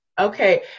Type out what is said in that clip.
Okay